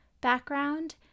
background